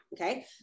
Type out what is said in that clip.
okay